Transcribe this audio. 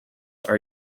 are